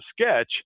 sketch